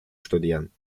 studieren